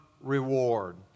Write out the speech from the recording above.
reward